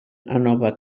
nova